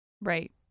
right